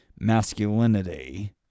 masculinity